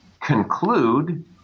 conclude